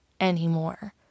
anymore